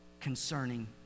concerning